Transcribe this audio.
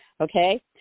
Okay